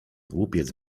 głupiec